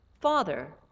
father